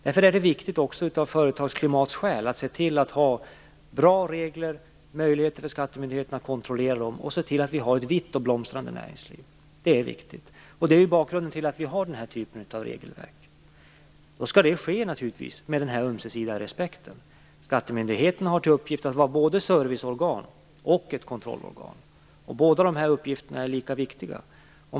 Därför är det viktigt också av företagsklimatskäl att vi har bra regler och att det finns möjligheter för skattemyndigheterna att kontrollera dem och se till att vi har ett vitt och blomstrande näringsliv. Det är viktigt. Det är bakgrunden till att vi har den här typen av regelverk. Detta skall naturligtvis ske med en ömsesidig respekt. Skattemyndigheterna har till uppgift att vara både serviceorgan och kontrollorgan. Båda dessa uppgifter är lika viktiga.